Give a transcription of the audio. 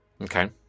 Okay